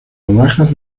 rodajas